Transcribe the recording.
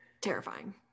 terrifying